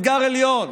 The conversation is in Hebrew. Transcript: אתגר עליון.